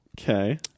Okay